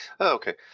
Okay